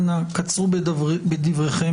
אנא קצרו בדבריכם.